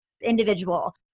individual